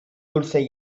dulce